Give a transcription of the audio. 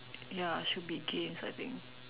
ya should be games I think